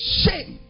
shame